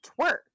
twerk